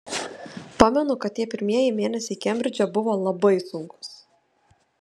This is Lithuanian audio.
pamenu kad tie pirmieji mėnesiai kembridže buvo labai sunkūs